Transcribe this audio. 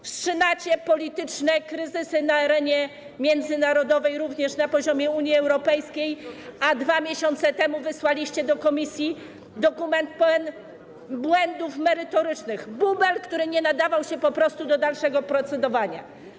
Wszczynacie polityczne kryzysy na arenie międzynarodowej, również na poziomie Unii Europejskiej, a 2 miesiące temu wysłaliście do Komisji dokument pełen błędów merytorycznych, bubel, który po prostu nie nadawał się do dalszego procedowania.